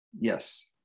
Yes